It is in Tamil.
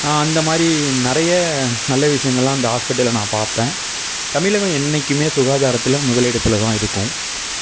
அந்தமாதிரி நிறைய நல்ல விஷயங்கள்லாம் அந்த ஹாஸ்பிட்டலில் நான் பாத்தேன் தமிழகம் என்னைக்கும் சுகாதாரத்தில் முதலிடத்தில் தான் இருக்கும்